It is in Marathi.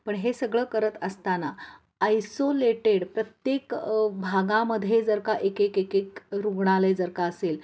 पण हे सगळं करत असताना आयसोलेटेड प्रत्येक भागामध्ये जर का एक एक एक एक रुग्णालय जर का असेल